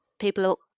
People